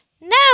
No